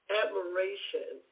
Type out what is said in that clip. admiration